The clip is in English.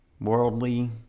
worldly